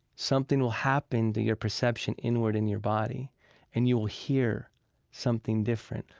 something will happen to your perception inward in your body and you will hear something different.